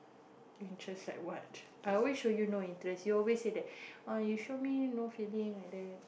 interest like what I wish so you know you always said that uh you show me no feeding like that